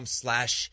slash